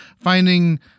finding